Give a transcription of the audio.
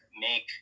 make